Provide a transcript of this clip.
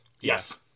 Yes